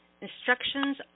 instructions